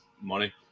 money